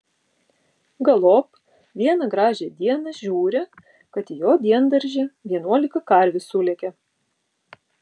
galop vieną gražią dieną žiūri kad į jo diendaržį vienuolika karvių sulėkė